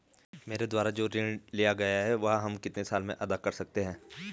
मेरे द्वारा जो ऋण लिया गया है वह हम कितने साल में अदा कर सकते हैं?